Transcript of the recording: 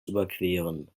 überqueren